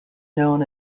known